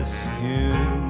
skin